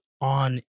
on